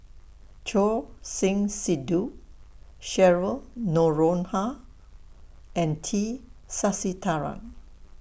Choor Singh Sidhu Cheryl Noronha and T Sasitharan